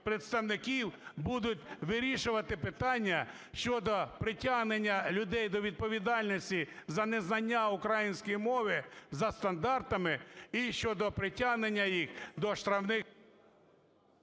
представники будуть вирішувати питання щодо притягнення людей до відповідальності за незнання української мови за стандартами і щодо притягнення їх до штрафних…